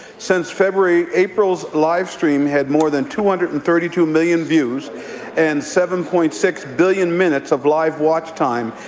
since february, april's livestream has had more than two hundred and thirty two million views and seven point six billion minutes of live watch time,